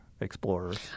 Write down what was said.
Explorers